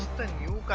the